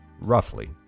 roughly